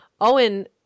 Owen